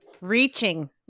Reaching